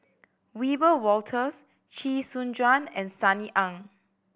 Wiebe Wolters Chee Soon Juan and Sunny Ang